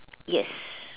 yes